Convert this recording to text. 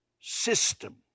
system